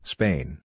Spain